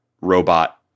robot